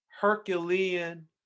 Herculean